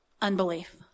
unbelief